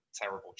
terrible